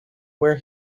where